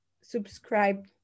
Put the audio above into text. subscribe